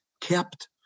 kept